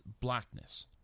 blackness